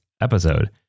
episode